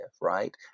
right